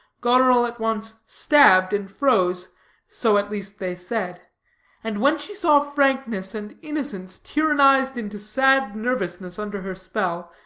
goneril at once stabbed and froze so at least they said and when she saw frankness and innocence tyrannized into sad nervousness under her spell,